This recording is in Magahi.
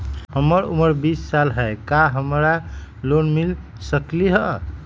हमर उमर बीस साल हाय का हमरा लोन मिल सकली ह?